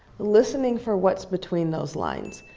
listening for what's between those lines.